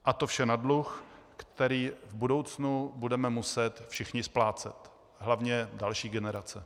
A to vše na dluh, který v budoucnu budeme muset všichni splácet, hlavně další generace.